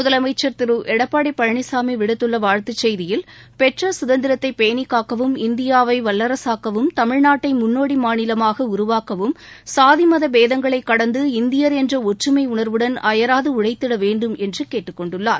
முதலமைச்சர் திரு எடப்பாடி பழனிசாமி விடுத்துள்ள வாழ்த்து செய்தியில் பெற்ற சுதந்திரத்தை பேணி காக்கவும் இந்தியாவை வல்லரசாக்கவும் தமிழ்நாட்டை முன்னோடி மாநிலமாக உருவாக்கவும் சாதி மத பேதங்களை கடந்து இந்தியர் என்ற ஒற்றுமை உணர்வுடன் அயராது உழைத்திட வேன்டும் என்று கேட்டுக்கொண்டுள்ளார்